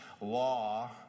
law